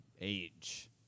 age